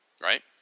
right